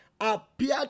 appeared